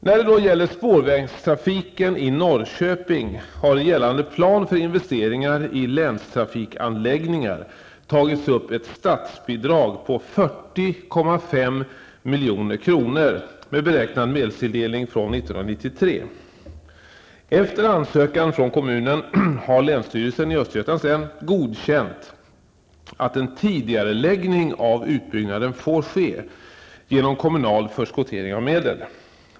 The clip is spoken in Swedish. När det gäller spårvägstrafiken i Norrköping har i gällande plan för investeringar i länstrafikanläggningar tagits upp ett statsbidrag på 40,5 milj.kr. med beräknad medelstilldelning från år 1993. Efter ansökan från kommunen har länsstyrelsen i Östergötlands län godkänt att en tidigareläggning av utbyggnaden får ske genom kommunal förskottering av medel.